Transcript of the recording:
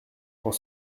quand